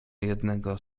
jednego